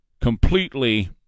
completely